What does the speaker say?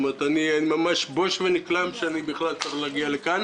אני ממש בוש ונכלם שאני בכלל צריך להגיע לכאן